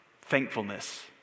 thankfulness